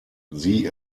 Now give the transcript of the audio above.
sie